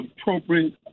appropriate